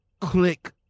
click